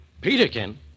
Peterkin